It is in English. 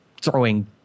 throwing